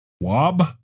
Wob